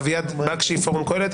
אביעד בקשי, פורום קהלת.